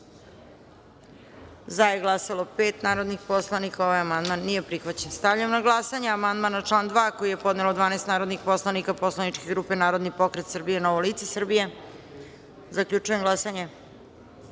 za – četiri narodna poslanika. Amandman nije prihvaćen. Stavljam na glasanje amandman na član 12. koji je podnelo 12 narodnih poslanika poslaničke grupe Narodni pokret Srbije i Novo lice Srbije. Zaključujem glasanje: